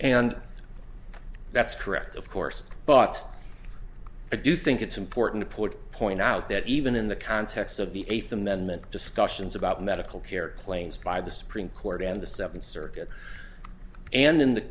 and that's correct of course but i do think it's important to put point out that even in the context of the eighth amendment discussions about medical care planes by the supreme court on the seventh circuit and in the